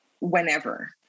whenever